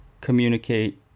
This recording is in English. communicate